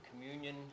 communion